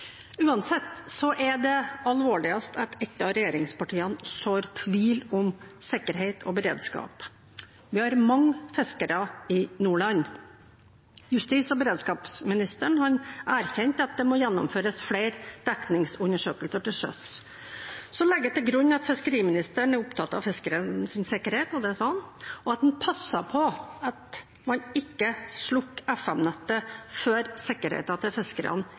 Uansett er det alvorligste at ett av regjeringspartiene sår tvil om sikkerhet og beredskap. Vi har mange fiskere i Nordland. Justis- og beredskapsministeren erkjente at det må gjennomføres flere dekningsundersøkelser til sjøs. Jeg legger til grunn at fiskeriministeren er opptatt av at fiskernes sikkerhet – det sa han – og at han passer på at man ikke slukker FM-nettet før sikkerheten til fiskerne